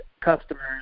customers